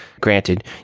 granted